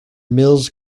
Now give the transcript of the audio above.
mills